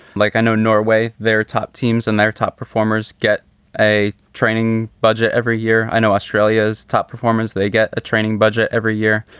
like i know norway, they're top teams and their top performers get a training budget every year. i know australia's top performance. they get a training budget every year.